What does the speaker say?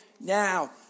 now